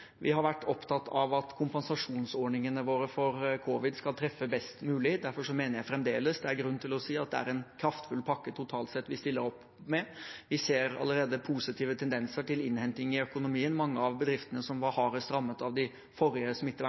Vi har vært opptatt av at kompensasjonsordningene våre for covid skal treffe best mulig. Derfor mener jeg fremdeles det er grunn til å si at det totalt sett er en kraftfull pakke vi stiller opp med. Vi ser allerede positive tendenser til innhenting i økonomien. Mange av bedriftene som var hardest rammet av de forrige